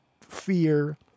fear